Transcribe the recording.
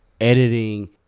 editing